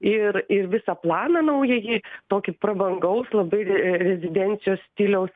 ir ir visą planą naująjį tokį prabangaus labai rezidencijos stiliaus